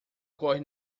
corre